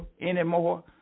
anymore